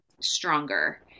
stronger